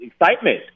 excitement